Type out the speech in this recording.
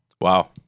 Wow